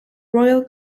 royal